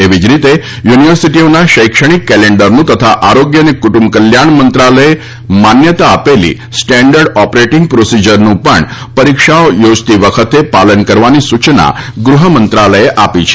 એવી જ રીતે યુનિવર્સિટીઓના શૈક્ષણિક કેલેન્ડરનું તથા આરોગ્ય અને કુટુંબ કલ્યાણ મંત્રાલયે માન્યતા આપેલી સ્ટેન્ડર્ડ ઓપરેટીંગ પ્રોસીજરનું પણ પરીક્ષાઓ યોજતી વખતે પાલન કરવાની સૂચના ગૃહમંત્રાલયે આપી છે